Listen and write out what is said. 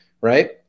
right